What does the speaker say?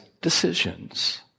decisions